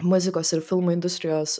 muzikos ir filmų industrijos